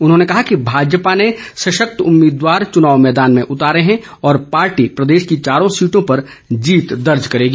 उन्होंने कहा कि भाजपा ने सशक्त उम्मीदवार चुनाव मैदान में उतारे हैं और पार्टी प्रदेश की चारों सीटों पर जीत दर्ज करेगी